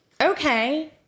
okay